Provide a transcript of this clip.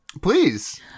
Please